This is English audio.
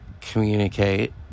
communicate